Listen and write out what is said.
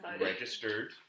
Registered